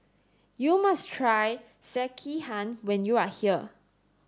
you must try Sekihan when you are here